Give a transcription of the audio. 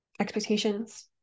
expectations